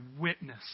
witness